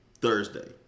Thursday